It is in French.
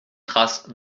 trace